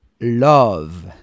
love